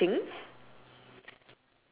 mine is not holding the